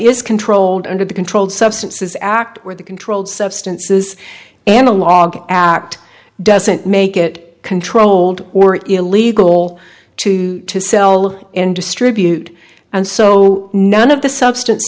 is controlled under the controlled substances act or the controlled substances analogue act doesn't make it controlled or illegal to sell of and distribute and so none of the substance